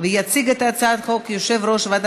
ונכנסת לספר החוקים של מדינת